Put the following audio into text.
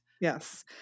Yes